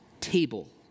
table